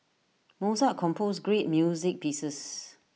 Mozart composed great music pieces